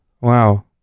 Wow